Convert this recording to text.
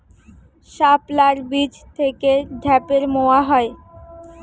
শাপলার বীজ থেকে ঢ্যাপের মোয়া হয়?